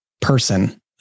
person